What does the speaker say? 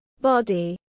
Body